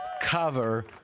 cover